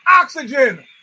oxygen